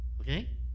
okay